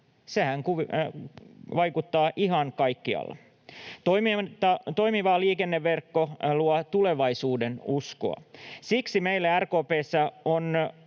Sehän vaikuttaa ihan kaikkialla. Toimiva liikenneverkko luo tulevaisuudenuskoa. Siksi meille RKP:ssä